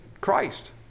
Christ